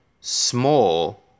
small